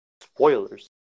Spoilers